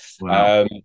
Wow